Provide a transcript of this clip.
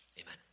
amen